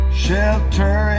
shelter